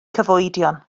cyfoedion